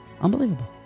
Unbelievable